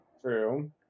True